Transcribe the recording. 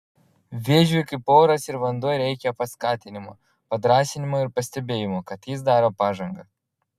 vėžiui kaip oras ir vanduo reikia paskatinimo padrąsinimo ir pastebėjimo kad jis daro pažangą